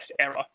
error